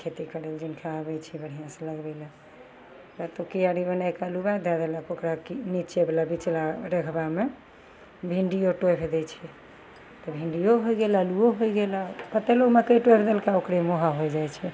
खेती करै ले जिनका आबै छै बढ़िआँसे लगबै ले या तऽ किआरी बनैके अल्लू दै देलक ओकरा निचेवला बिचला रेघबामे भिण्डिओ टोहि दै छै तऽ भिण्डिओ हो गेलऽ अल्लुओ हो गेलऽ कतेक लोक मकइ टोहि देलक ओकरेमे वएह होइ जाइ छै